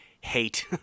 hate